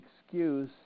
excuse